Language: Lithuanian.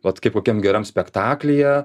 vat kaip kokiam geram spektaklyje